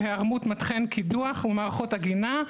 היערמות מדחן קידוח ומערכות עגינה,